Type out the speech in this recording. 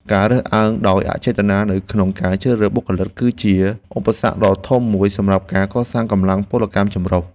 ការរើសអើងដោយអចេតនានៅក្នុងការជ្រើសរើសបុគ្គលិក គឺជាឧបសគ្គដ៏ធំមួយសម្រាប់ការកសាងកម្លាំងពលកម្មចម្រុះ។